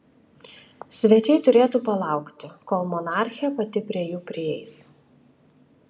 svečiai turėtų palaukti kol monarchė pati prie jų prieis